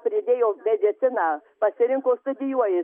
pridėjo mediciną pasirinko studijuoji